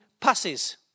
passes